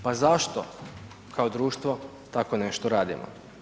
Pa zašto kao društvo tako nešto radimo?